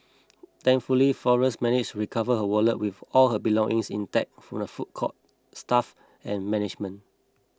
thankfully Flores managed recover her wallet with all her belongings intact from the food court staff and management